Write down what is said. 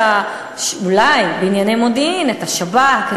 אולי בענייני מודיעין את השב"כ,